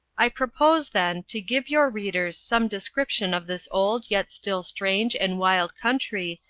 i propose, then, to give your readers some description of this old yet still strange and wild country,